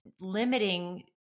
limiting